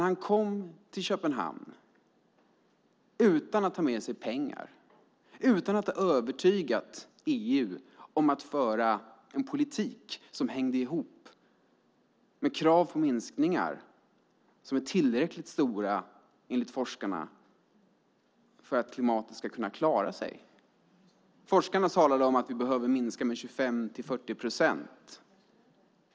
Han kom till Köpenhamn utan att ha med sig pengar och utan att ha övertygat EU om att föra en politik som hänger ihop med krav på minskningar som är tillräckligt stora för att klimatet, enligt forskarna, ska klara sig. Forskarna talade om att vi behöver minska med 25-40 procent.